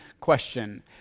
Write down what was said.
question